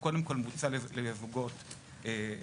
הוא קודם כול מוצע לזוגות הטרוסקסואלים.